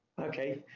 okay